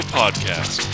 podcast